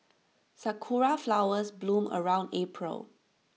Sakura Flowers bloom around April